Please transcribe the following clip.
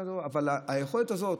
אבל היכולת הזאת,